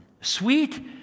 sweet